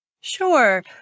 Sure